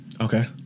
Okay